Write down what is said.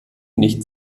nicht